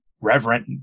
reverent